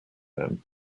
them